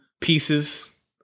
pieces